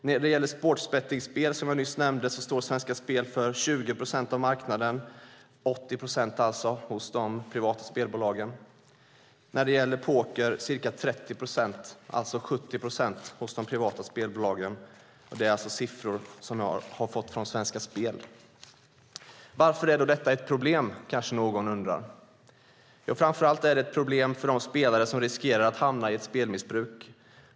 När det gäller sportsbettingspel, som jag nyss nämnde, står Svenska Spel för 20 procent av marknaden. 80 procent står alltså de privata spelbolagen för. När det gäller poker är det ca 30 procent, alltså 70 procent hos de privata spelbolagen. Detta är siffror som jag har fått från Svenska Spel. Varför är då detta ett problem? kanske någon undrar. Framför allt är det ett problem för de spelare som riskerar att hamna i ett spelmissbruk.